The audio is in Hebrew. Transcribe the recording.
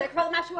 זה כבר משהו אחר,